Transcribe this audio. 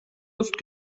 luft